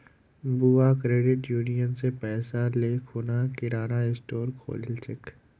बुआ credit union स पैसा ले खूना किराना स्टोर खोलील छ